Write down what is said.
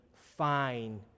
fine